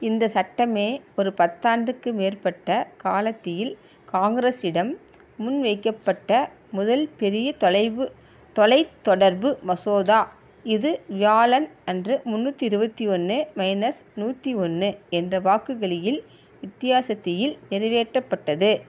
இந்த சட்டம் ஒரு பத்தாண்டுக்கு மேற்பட்ட காலத்தில் காங்கிரஸிடம் முன்வைக்கப்பட்ட முதல் பெரிய தொலைவு தொலைத்தொடர்பு மசோதா இது வியாழன் அன்று முந்நூற்றி இருபத்தி ஒன்று மைனஸ் நூற்றி ஒன்று என்ற வாக்குகளில் வித்தியாசத்தியில் நிறைவேற்றப்பட்டது